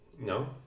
No